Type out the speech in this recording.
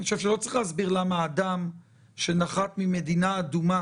ואני חושב שלא צריך להסביר למה אדם שנחת ממדינה אדומה